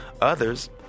Others